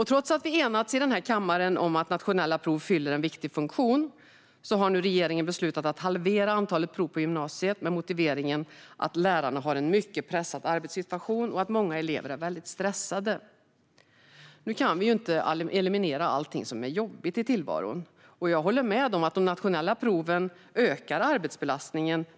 Trots att vi enats här i kammaren om att nationella prov fyller en viktig funktion har regeringen nu beslutat att halvera antalet prov på gymnasiet med motiveringen att lärarna har en mycket pressad arbetssituation och att många elever är väldigt stressade. Nu kan vi ju inte eliminera allt som är jobbigt i tillvaron. Jag håller med om att de nationella proven ökar arbetsbelastningen.